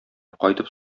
кайтып